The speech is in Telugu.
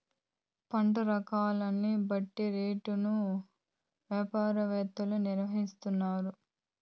పంట రకాన్ని బట్టి రేటును యాపారత్తులు నిర్ణయిత్తారు